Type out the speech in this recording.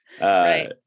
right